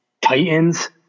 Titans